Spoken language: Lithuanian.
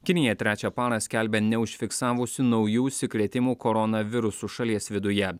kinija trečią parą skelbia neužfiksavusi naujų užsikrėtimų koronavirusu šalies viduje